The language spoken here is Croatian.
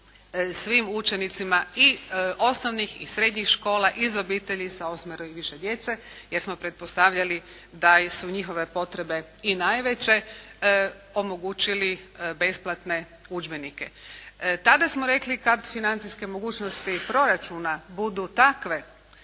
svim učenicima i osnovnih i srednjih škola iz obitelji s osmero i više djece, jer smo pretpostavljali da su njihove potrebe i najveće omogućili besplatne udžbenike. Tada smo rekli kad financijske mogućnosti proračuna budu takve